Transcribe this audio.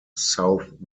south